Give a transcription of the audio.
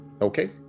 Okay